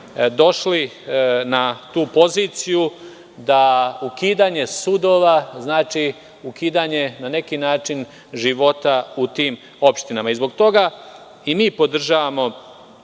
došli na tu poziciju, da ukidanje sudova znači ukidanje, na neki način, života u tim opštinama. Zbog toga i mi podržavamo